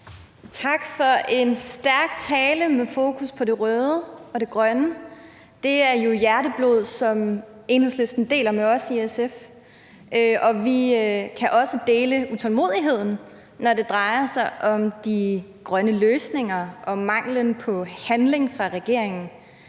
Tak for en stærk tale med fokus på det røde og det grønne. Det er jo hjerteblod, som Enhedslisten deler med os i SF. Vi kan også dele utålmodigheden, når det drejer sig om de grønne løsninger og manglen på handling fra regeringens